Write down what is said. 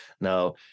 Now